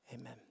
amen